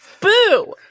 Boo